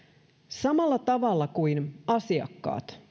samalla tavalla kuin asiakkaat